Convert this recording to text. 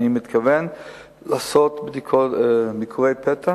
אני מתכוון לעשות ביקורי פתע